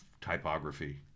typography